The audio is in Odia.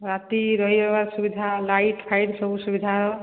ରାତି ରହିବାର ସୁବିଧା ଲାଇଟ୍ ଫାଇଟ୍ ସବୁ ସୁବିଧା